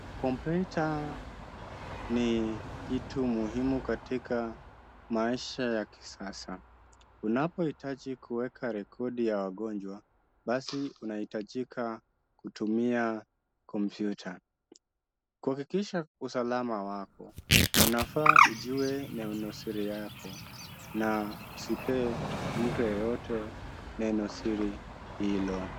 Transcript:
Kompyuta ni kitu muhimu katika maisha ya kisasa. Unapohitaji kuweka rekodi ya wagonjwa, basi unahitajika kutumia kompyuta. Kuhakikisha usalama wako, unafaa ujue neno siri yako, na usipee mtu yeyote neno siri hilo.